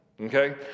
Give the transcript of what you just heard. okay